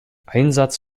einsatz